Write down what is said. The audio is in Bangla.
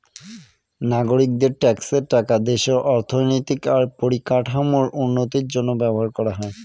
নাগরিকদের ট্যাক্সের টাকা দেশের অর্থনৈতিক আর পরিকাঠামোর উন্নতির জন্য ব্যবহার করা হয়